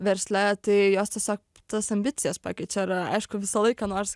versle tai jos tiesiog tas ambicijas pakeičia ir aišku visą laiką norsi